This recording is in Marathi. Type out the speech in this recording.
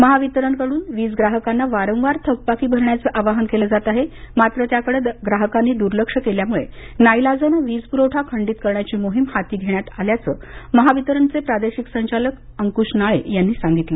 महावितरणकडून वीज ग्राहकांना वारंवार थकबाकी भरण्याचं आवाहन केले जात आहे मात्र त्याकडे ग्राहकांनी द्र्लक्ष केल्यामुळे नाईलाजाने वीजप्रवठा खंडित करण्याची मोहीम हाती घेण्यात आल्याचं महावितरणचे प्रादेशिक संचालक अंकुश नाळे यांनी सांगितले